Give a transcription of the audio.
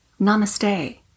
Namaste